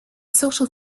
social